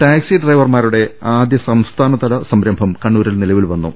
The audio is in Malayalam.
ടാക്സി ഡ്രൈവർമാരുടെ ആദ്യ സംസ്ഥാനതല സംരംഭം കണ്ണൂ രിൽ നിലവിൽ വന്നു